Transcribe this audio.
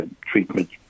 treatment